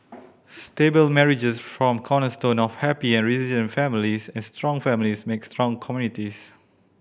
stable marriages form cornerstone of happy and resilient families and strong families make strong communities